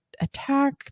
attack